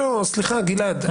סליחה, גלעד.